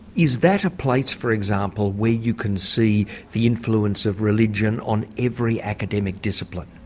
is that a place for example where you can see the influence of religion on every academic discipline?